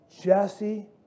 Jesse